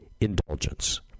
indulgence